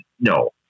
No